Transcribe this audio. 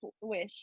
wish